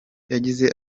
yagize